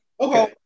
okay